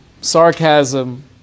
sarcasm